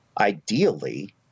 Ideally